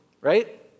right